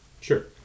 Sure